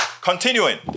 continuing